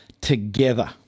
together